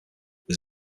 was